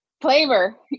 flavor